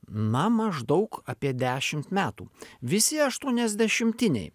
na maždaug apie dešimt metų visi aštuoniasdešimtiniai